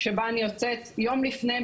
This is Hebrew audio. שבה אני יוצאת יום לפני,